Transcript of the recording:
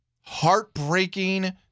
heartbreaking